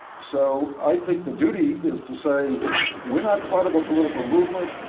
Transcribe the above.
so i think the duty is to say we're not part of a political movement.